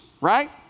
right